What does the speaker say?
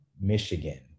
Michigan